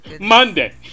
Monday